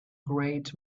great